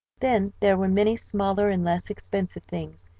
then there were many smaller and less expensive things,